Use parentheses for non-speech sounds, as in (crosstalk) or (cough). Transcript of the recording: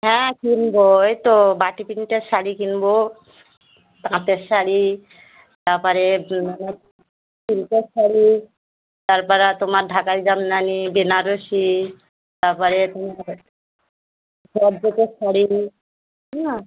হ্যাঁ কিনব ওই তো বাটিক প্রিন্টের শাড়ি কিনব তাঁতের শাড়ি তার পরে (unintelligible) সিল্কের শাড়ি তার পরে তোমার ঢাকাই জামদানি বেনারসি তার পরে তোমার জর্জেটের শাড়ি হ্যাঁ